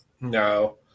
no